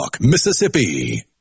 Mississippi